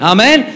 Amen